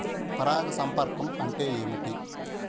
పరాగ సంపర్కం అంటే ఏమిటి?